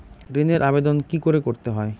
ঋণের আবেদন কি করে করতে হয়?